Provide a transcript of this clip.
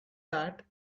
that